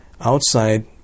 Outside